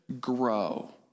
grow